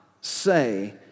say